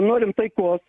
norim taikos